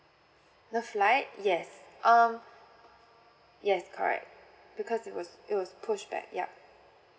the flight yes um yes correct because it was it was pushed back yup